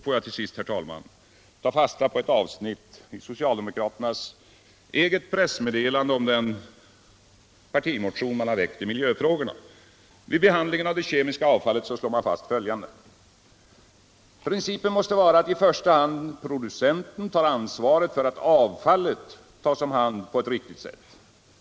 Låt mig, herr talman, till sist ta fasta på ett avsnitt i socialdemokraternas eget pressmeddelande om den partimotion man har väckt om miljöfrågorna. Vid behandlingen av det kemiska avfallet slår man fast följande: ”Principen måste vara att i första hand producenten tar ansvaret för att avfallet tas om hand på ett riktigt sätt.